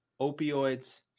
opioids